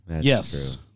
Yes